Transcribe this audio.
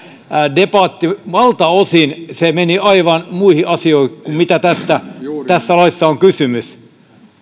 debatti valtaosin se meni aivan muihin asioihin kuin mistä tässä laissa on kysymys